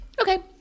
Okay